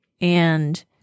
and-